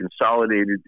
consolidated